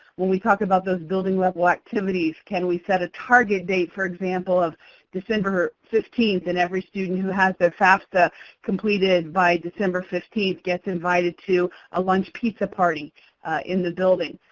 when we talk about those building-level activities, can we set a target date, for example, of december fifteenth, and every student who has their fafsa completed by december fifteenth gets invited to a lunch pizza party in the building.